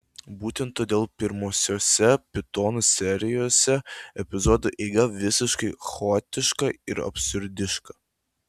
būtent todėl pirmuosiuose pitonų serijose epizodų eiga visiškai chaotiška ir absurdiška